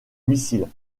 missile